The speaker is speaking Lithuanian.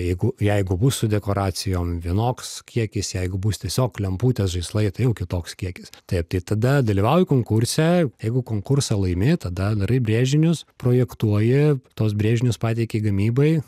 jeigu jeigu bus su dekoracijom vienoks kiekis jeigu bus tiesiog lemputės žaislai tai jau kitoks kiekis taip tai tada dalyvauji konkurse jeigu konkursą laimi tada darai brėžinius projektuoji tuos brėžinius pateiki gamybai